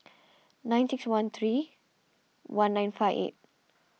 nine six one three one nine five eight